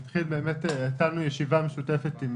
נתחיל באמת, הייתה לנו ישיבה משותפת עם